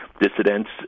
dissidents